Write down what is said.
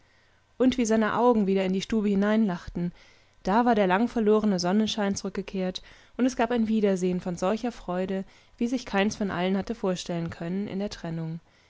und wie seine augen wieder in die stube hereinlachten da war der langverlorene sonnenschein zurückgekehrt und es gab ein wiedersehen von solcher freude wie sich keins von allen hatte vorstellen können in der trennung